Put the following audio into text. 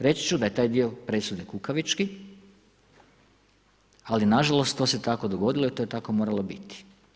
Reći ću da je taj dio presude kukavički ali nažalost to se tako dogodilo i to je tako moralo biti.